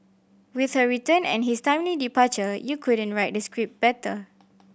with her return and his timely departure you couldn't write the script better